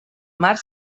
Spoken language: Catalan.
mar